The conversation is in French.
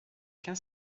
qu’un